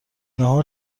نهار